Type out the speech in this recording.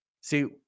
See